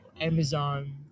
Amazon